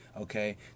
Okay